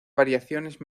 variaciones